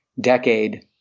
decade